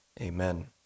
Amen